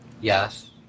Yes